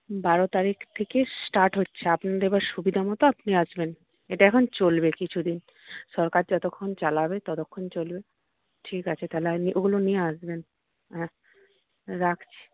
বারো তারিখ থেকে স্টার্ট হচ্ছে আপনাদের এবার সুবিধামতো আপনি আসবেন এটা এখন চলবে কিছুদিন সরকার যতক্ষণ চালাবে ততক্ষণ চলবে ঠিক আছে তাহলে ওগুলো নিয়ে আসবেন রাখছি